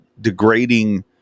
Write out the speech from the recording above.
degrading